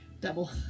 double